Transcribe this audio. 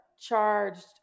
charged